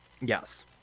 yes